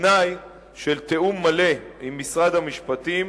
בתנאי של תיאום מלא עם משרד המשפטים,